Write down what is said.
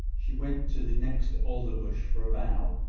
she went to the next alder-bush for a bough,